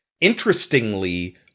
interestingly